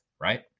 right